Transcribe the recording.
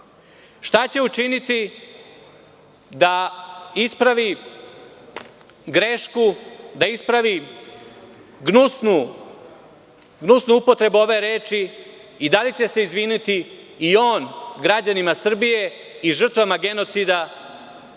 Šta će učiniti da ispravi grešku, da ispravi gnusnu upotrebu ove reči i da li će se izviniti i on građanima Srbije i žrtvama genocida